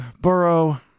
burrow